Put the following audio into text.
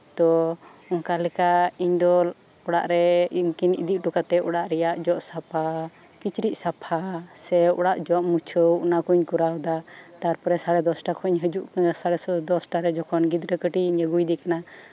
ᱛᱳ ᱚᱱᱠᱟᱞᱮᱠᱟ ᱤᱧ ᱫᱚ ᱚᱲᱟᱜᱨᱮ ᱩᱱᱠᱤᱱ ᱤᱫᱤ ᱦᱚᱴᱚ ᱠᱟᱛᱮᱫ ᱚᱲᱟᱜ ᱨᱮᱭᱟᱜ ᱡᱚᱜ ᱥᱟᱯᱷᱟ ᱠᱤᱪᱨᱤᱪ ᱥᱟᱯᱷᱟ ᱥᱮ ᱚᱲᱟᱜ ᱡᱚᱜ ᱢᱩᱪᱷᱟᱹᱣ ᱚᱱᱟ ᱠᱚᱧ ᱠᱚᱨᱟᱣ ᱮᱫᱟ ᱛᱟᱨᱯᱚᱨᱮ ᱥᱟᱲᱮ ᱫᱚᱥᱴᱟᱨᱮ ᱡᱚᱠᱷᱚᱱ ᱜᱤᱫᱽᱨᱟᱹ ᱠᱟᱹᱴᱤᱡ ᱤᱡ ᱟᱹᱜᱩᱭᱮᱫᱮ ᱠᱟᱱᱟ